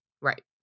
Right